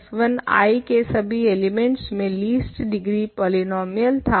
f1 I के सभी elements में लीस्ट डिग्री पॉलीनोमियल था